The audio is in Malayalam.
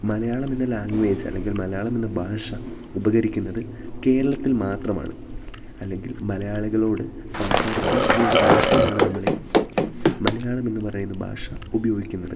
മലയാളം എന്ന ലാംഗ്വേജ് അല്ലെങ്കിൽ മലയാളം എന്ന ഭാഷ ഉപകരിക്കുന്നത് കേരളത്തിൽ മാത്രമാണ് അല്ലെങ്കിൽ മലയാളികളോട് സംസാരിക്കാൻ വേണ്ടി മാത്രമാണ് നമ്മളീ മലയാളമെന്നു പറയുന്ന ഭാഷ ഉപയോഗിക്കുന്നത്